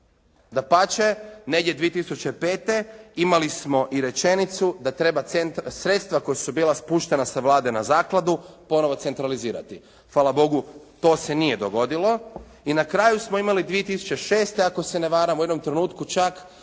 Dapače negdje 2005. imali smo i rečenicu da treba sredstva koja su bila spuštena sa Vlade na zakladu, ponovno centralizirati. Fala Bogu to se nije dogodilo i na kraju smo imali 2006. ako se ne varam, u jednom trenutku čak